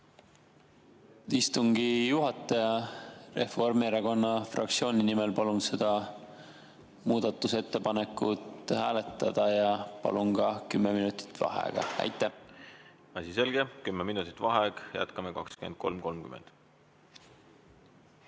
Istungi juhataja! Reformierakonna fraktsiooni nimel palun seda muudatusettepanekut hääletada ja palun ka kümme minutit vaheaega. Asi selge. Kümme minutit vaheaeg. Jätkame 23.30.V